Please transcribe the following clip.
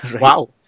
Wow